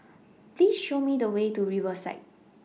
Please Show Me The Way to Riverside